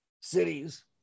cities